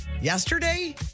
Yesterday